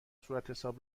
صورتحساب